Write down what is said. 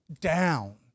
down